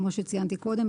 כמו שציינתי קודם,